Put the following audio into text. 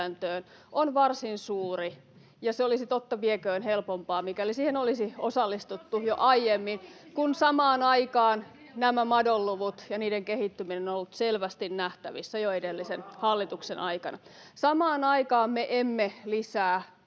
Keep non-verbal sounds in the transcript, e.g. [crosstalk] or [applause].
on varsin suuri, ja se olisi totta vieköön helpompaa, mikäli siihen olisi osallistuttu jo aiemmin. [noise] Nämä madonluvut ja niiden kehittyminen on ollut selvästi nähtävissä jo edellisen hallituksen aikana. [Ben Zyskowicz: